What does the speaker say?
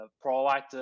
provide